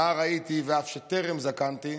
נער הייתי ואף שטרם זקנתי,